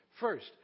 First